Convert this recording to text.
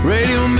Radio